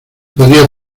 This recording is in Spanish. podía